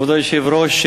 כבוד היושב-ראש,